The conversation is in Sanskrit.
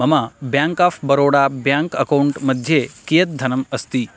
मम Bank of Baroda bank account मध्ये कियत् धनम् अस्ति